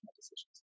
decisions